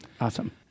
Awesome